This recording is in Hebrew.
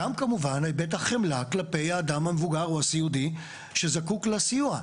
גם כמובן היבט החמלה כלפי האדם המבוגר או הסיעודי שזקוק לסיוע.